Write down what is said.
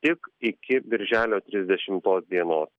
tik iki birželio trisdešimos dienos